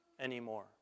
anymore